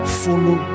follow